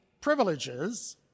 privileges